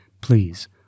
please